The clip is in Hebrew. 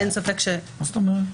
מה זאת אומרת?